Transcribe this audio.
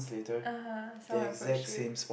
(uh huh) someone approached you